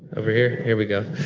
over here? here we go.